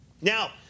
Now